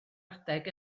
adeg